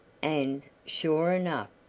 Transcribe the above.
and, sure enough,